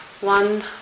one